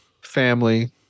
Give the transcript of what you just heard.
family